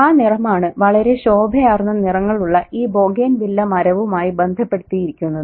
ആ നിറമാണ് വളരെ ശോഭയാർന്ന നിറങ്ങളുള്ള ഈ ബൊഗെയ്ൻവില്ല മരവുമായി ബന്ധപ്പെടുത്തിയിരിക്കുന്നത്